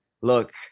look